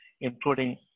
including